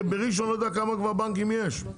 בראשון לא יודע כמה בנקים יש,